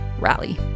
rally